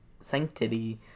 sanctity